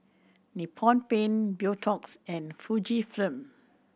Nippon Paint Beautex and Fujifilm